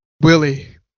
Willie